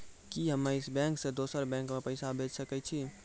कि हम्मे इस बैंक सें दोसर बैंक मे पैसा भेज सकै छी?